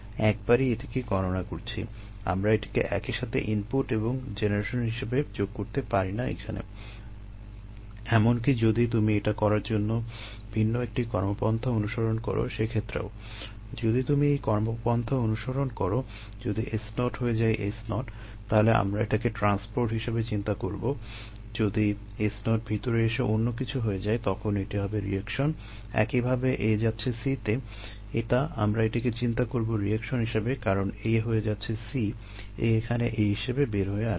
একই ভাবে A যাচ্ছে C তে এটা আমরা এটিকে চিন্তা করবো রিয়েকশন হিসেবে কারণ A হয়ে যাচ্ছে C A এখানে A হিসেবে বের হয়ে আসে নি